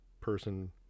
person